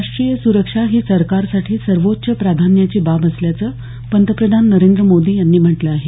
राष्ट्रीय सुरक्षा ही सरकारसाठी सर्वोच्च प्राधान्याची बाब असल्याचं पंतप्रधान नरेंद्र मोदी यांनी म्हटलं आहे